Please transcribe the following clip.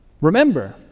Remember